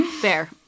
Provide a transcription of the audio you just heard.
Fair